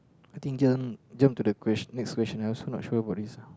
I think jump jump to the quest~ next question I also not sure about this ah